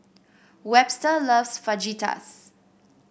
Webster loves Fajitas